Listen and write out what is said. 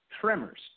tremors